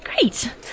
Great